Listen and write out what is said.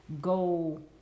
go